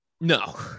No